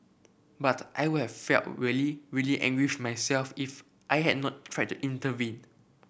but I would have felt really really angry with myself if I had not tried to intervene